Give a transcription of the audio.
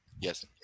Yes